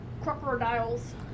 crocodiles